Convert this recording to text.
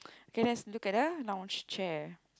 K let's look at the lounge chair